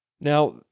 Now